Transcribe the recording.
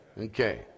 Okay